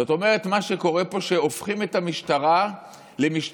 זאת אומרת, מה שקורה פה, שהופכים את המשטרה למשטרה